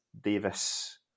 Davis